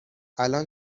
الان